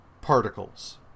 particles